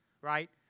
right